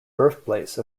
birthplace